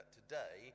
today